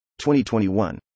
2021